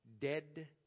dead